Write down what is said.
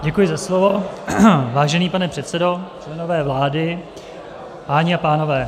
Děkuji za slovo, vážený pane předsedo, členové vlády, paní a pánové.